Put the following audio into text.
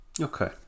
Okay